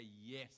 yes